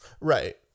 Right